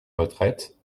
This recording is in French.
retraite